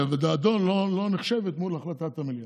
דעתו לא נחשבת מול החלטת המליאה,